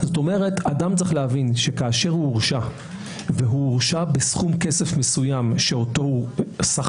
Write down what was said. כלומר אדם צריך להבין שכאשר הוא הורשע בסכום כסף מסוים שאותו מחט